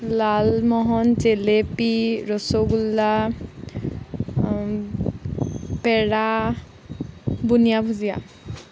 লালমোহন জেলেপী ৰসগোল্লা পেৰা বুন্দিয়া ভুজিয়া